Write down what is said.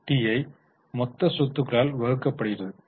PAT மொத்த சொத்துக்களால் வகுக்கப்படுகிறது